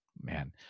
man